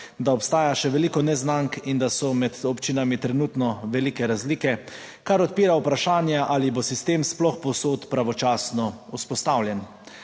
da obstaja še veliko neznank in da so med občinami trenutno velike razlike, kar odpira vprašanje, ali bo sistem sploh povsod pravočasno vzpostavljen.